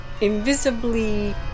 invisibly